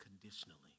conditionally